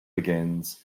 begins